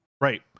right